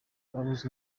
abuza